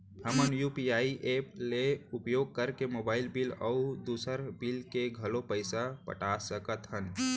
हमन UPI app के उपयोग करके मोबाइल बिल अऊ दुसर बिल के घलो पैसा पटा सकत हन